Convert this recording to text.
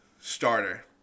starter